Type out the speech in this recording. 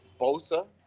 Bosa